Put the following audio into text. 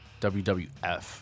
WWF